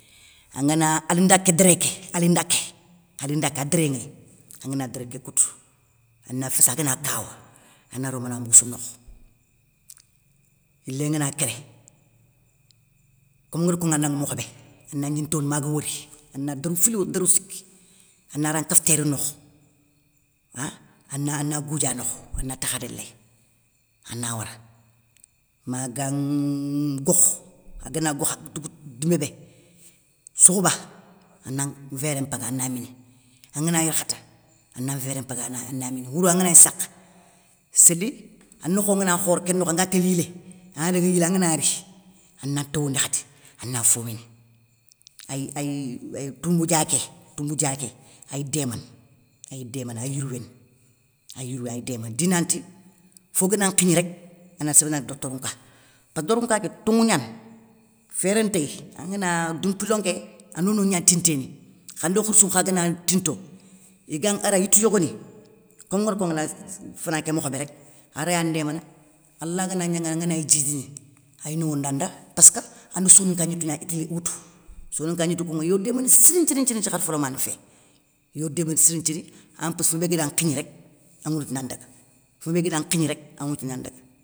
Angana alindaké déré ké alindaké, alindaké a déré nŋey, angana déré ké koutou, ana féssi, agana kawa anaro mana mboussou nokho, yilé ngana kéré komi ngri konŋa nda mokhobé, ana ndji towondi maga wori, ana dérou fili woutou dérou siki, anara nkawsséri nokho, ah ana goudia nokho ana takhadé léy anawara ma gan ngokh agan gokh ague dogouta dimébé, soukhouba ana vérré mpaga ana mini angana yarkhata ana vérré mpaga ana mini, wouro anganagni sakha séli anokho ngana khor kénokho anga tél yilé, angana daga yilé angana ri, ana towondi khadi ana fo mini, ay doumboudia ké, doumboudia ké ay démana ay démana ay yirwéné ay yirwéné ay démana dinanti, fogana nkhigni rek ana soro danŋa doktorou nka, doktorounka ké tonŋou ké tonŋwou gnani, féré ntey angana dou mpilo nké ano no gna tinténi, kha ndo khirssou kha gana tinto igan aray yitou yogoni, komi ngari konŋa nda fana ké mokho bé rek araya ndémana alagagnanŋa angana gni djidini ay nowona nda passkeu ani soninka gnitou gna itili woutou, soninka gnitou kounŋa iyo démana siri nthiri nthiri nthiri khar fo lamané fé, iyodémana siri nthiri ampossou foumbé bégara nkhigni rék an nŋwoutou na ndaga, foumbé bégara nkhigni rék an nŋwoutou na ndaga.